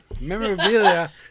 memorabilia